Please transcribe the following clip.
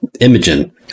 Imogen